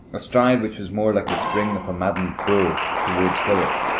a stride which was more like the spring of a maddened bull, towards philip.